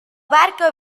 barca